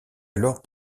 alors